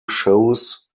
shows